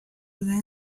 within